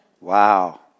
Wow